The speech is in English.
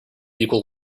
equal